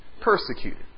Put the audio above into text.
persecuted